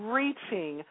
reaching